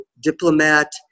Diplomat